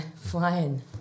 flying